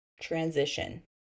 transition